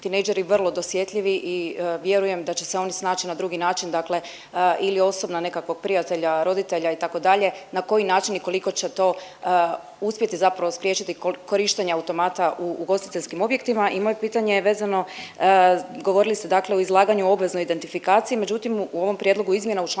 tinejdžeri vrlo dosjetljivi i vjerujem da će se oni snaći na drugi način, dakle ili osobno, nekakvog prijatelja, roditelja itd., na koji način i koliko će to uspjeti zapravo spriječiti korištenje automata u ugostiteljskim objektima i moje pitanje je vezano, govorili ste dakle o izlaganju o obveznoj identifikaciji, međutim u ovom prijedlogu izmjena u čl.